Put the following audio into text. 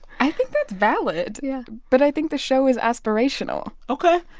i think that's valid, yeah but i think the show is aspirational ok.